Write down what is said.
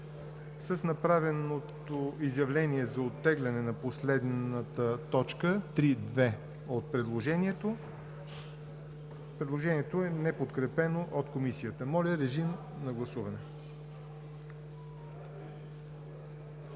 с направеното изявление за оттегляне на последната точка 3.2. от предложението. Предложението не е подкрепено от Комисията. Гласували